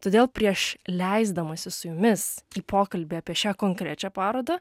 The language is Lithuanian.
todėl prieš leisdamasis su jumis į pokalbį apie šią konkrečią parodą